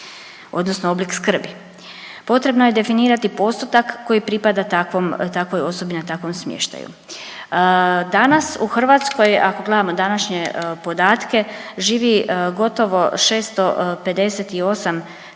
odnosno oblik skrbi. Potrebno je definirati postupak koji pripada takvom, takvoj osobi na takvom smještaju. Danas u Hrvatskoj ako gledamo današnje podatke živi gotovo 658 tisuća